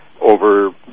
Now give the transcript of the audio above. over